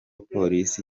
polisi